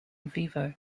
vivo